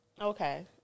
Okay